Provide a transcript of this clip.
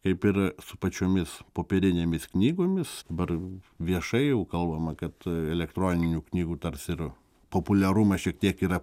kaip ir su pačiomis popierinėmis knygomis dabar viešai jau kalbama kad elektroninių knygų tarsi ir populiarumas šiek tiek yra